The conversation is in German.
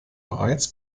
bereits